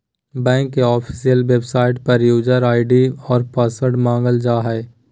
bank के official website पर user ID और पासवर्ड मांगल जा हइ